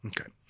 Okay